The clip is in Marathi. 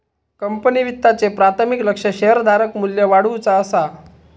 कंपनी वित्ताचे प्राथमिक लक्ष्य शेअरधारक मू्ल्य वाढवुचा असा